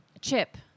Chip